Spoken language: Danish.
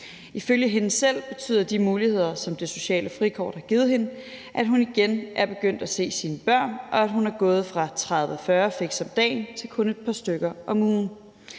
Ifølge hende selv betyder de muligheder, som det sociale frikort har givet hende, at hun igen er begyndt at se sine børn, og at hun er gået fra 30-40 fix om dagen til kun et par stykker om ugen.